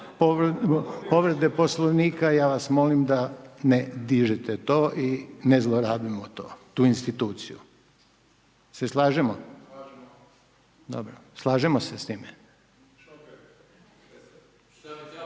povrede Poslovnika, ja vas molim da ne dižete to i ne zlorabimo tu instituciju. Se slažemo? …/Upadica: Slažemo./… Slažemo se s time?